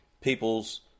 people's